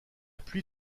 pluie